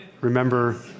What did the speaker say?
remember